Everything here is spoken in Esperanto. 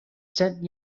cent